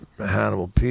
Hannibal